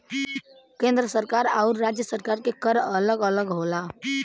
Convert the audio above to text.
केंद्र सरकार आउर राज्य सरकार के कर अलग अलग होला